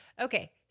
Okay